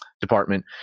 department